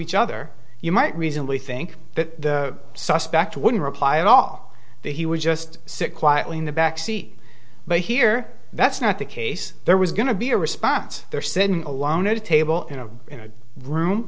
each other you might reasonably think that a suspect wouldn't reply at all that he would just sit quietly in the back seat but here that's not the case there was going to be a response there sitting alone at a table you know in a room